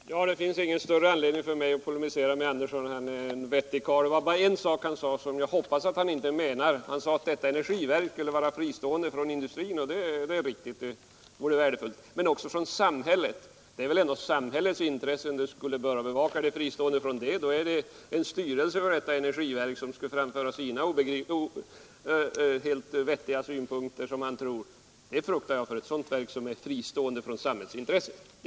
Herr talman! Det finns ingen anledning för mig att här polemisera mot herr Andersson i Örebro, som ju är en vettig karl. Det var bara en sak i vad herr Andersson sade som jag hoppas att han inte menade. Energiverket skulle vara fristående från industrin, sade herr Andersson, och det är alldeles riktigt att det vore värdefullt — men det skulle även vara fristående från samhället. Det är väl ändå samhällets intressen som institutet skall bevaka? Om det är fristående från samhället blir det ju en Nr 128 styrelse för energiverket som framför sina som herr Andersson tror helt Torsdagen den vettiga synpunkter. Ett verk som är helt fristående från samhällets 30 november 1972 intressen fruktar jag för.